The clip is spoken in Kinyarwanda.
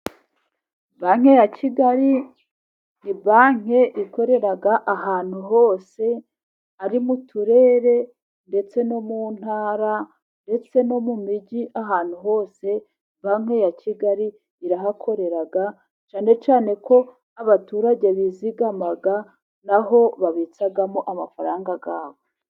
Banki ya kigali, ni banki ikorera ahantu hose, ari mu turere ndetse no mu ntara, ndetse no mu mijyi, ahantu hose banki ya kigali irahakorera, cyane cyane ko abaturage bizigama naho babitsamo amafaranga yabo.